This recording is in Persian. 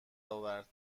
آورد